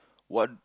what